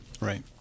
right